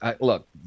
look